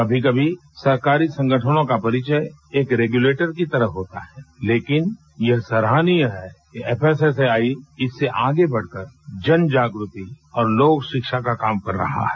कभी कभी सरकारी संगठनों का परिचय एक रेगुलेटर की तरह होता है लेकिन यह सराहनीय है कि एफएसएसएआई इससे आगे बढ़कर जन जागृति और लोकशिक्षा का काम कर रहा है